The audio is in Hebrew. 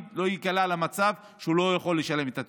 לא ייקלע למצב שהוא לא יכול לשלם את התשלומים.